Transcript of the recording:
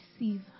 receive